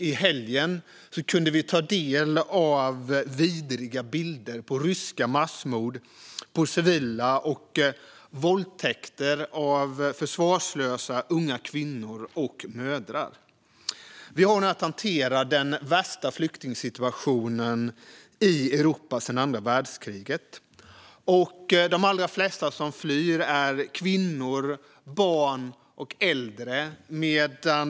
I helgen kunde vi ta del av vidriga bilder på ryska massmord på civila och våldtäkter av försvarslösa unga kvinnor och mödrar. Vi har nu att hantera den värsta flyktingsituationen i Europa sedan andra världskriget. De allra flesta som flyr är kvinnor, barn och äldre.